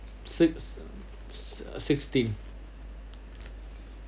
six six sixteen